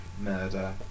murder